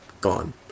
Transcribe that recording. gone